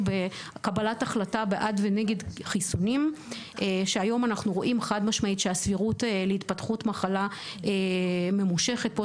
שמדובר בתסמונת שמתפתחת בקרב מחלימים.